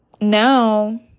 now